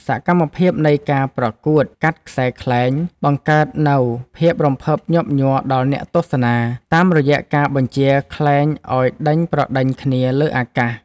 សកម្មភាពនៃការប្រកួត កាត់ខ្សែខ្លែង បង្កើតនូវភាពរំភើបញាប់ញ័រដល់អ្នកទស្សនា តាមរយៈការបញ្ជាខ្លែងឱ្យដេញប្រដេញគ្នាលើអាកាស។